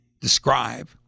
describe